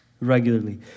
regularly